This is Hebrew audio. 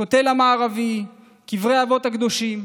הכותל המערבי וקברי האבות הקדושים.